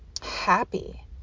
happy